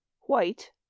White